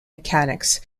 mechanics